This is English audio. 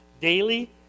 daily